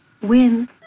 Win